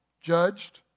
judged